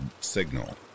signal